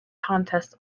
contests